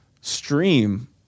stream